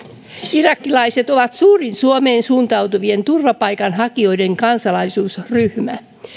irakilaiset ovat suurin suomeen suuntautuvien turvapaikanhakijoiden kansalaisuusryhmä